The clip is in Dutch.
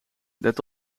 let